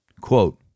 Quote